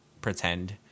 pretend